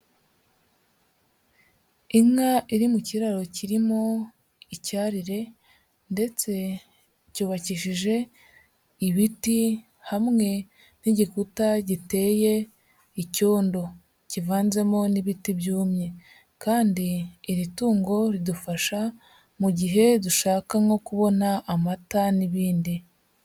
Inka iri mu kiraro kirimo icyarire ndetse cyubakishije ibiti hamwe n'igikuta giteye icyondo kivanzemo n'ibiti byumye kandi iri tungo ridufasha mu gihe dushaka nko kubona amata n'ibindi.